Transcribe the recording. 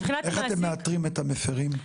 איך אתם מאתרים את המפרים?